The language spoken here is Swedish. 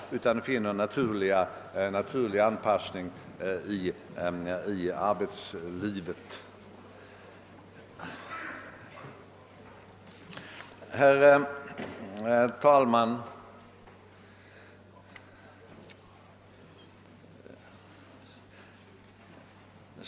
I stället gäller det att finna en naturlig anpassning i arbetslivet för dem. Herr talman!